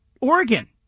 Oregon